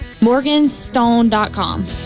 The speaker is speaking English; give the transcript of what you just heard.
Morganstone.com